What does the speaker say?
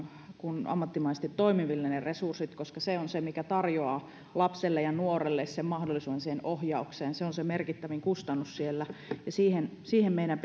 kuin ammattimaisesti toimiville ne resurssit koska se on sitä mikä tarjoaa lapselle ja nuorelle mahdollisuuden siihen ohjaukseen se on merkittävin kustannus siellä ja siihen siihen meidän